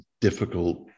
difficult